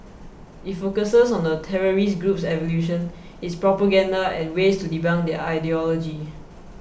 it focuses on the terrorist group's evolution its propaganda and ways to debunk their ideology